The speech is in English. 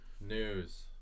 News